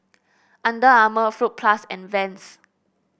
Under Armour Fruit Plus and Vans